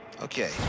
Okay